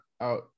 out